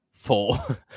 Four